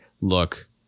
look